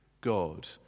God